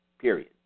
Period